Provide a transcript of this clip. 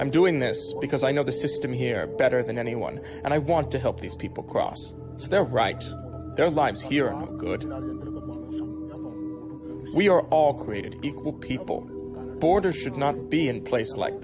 i'm doing this because i know the system here better than anyone and i want to help these people cross their rights their lives here are good and we are all created equal people border should not be in places like